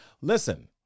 Listen